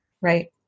right